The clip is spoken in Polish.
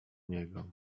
niego